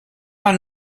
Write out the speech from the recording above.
man